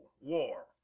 war